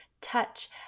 touch